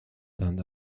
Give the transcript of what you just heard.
than